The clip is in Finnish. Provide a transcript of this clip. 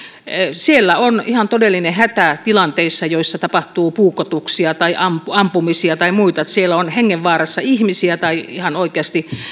siellä on ihan todellinen hätä tilanteissa joissa tapahtuu puukotuksia tai ampumisia tai muita siellä on hengenvaarassa ihmisiä tai he ihan oikeasti